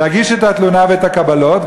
להגיש את התלונה והקבלות,